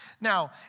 Now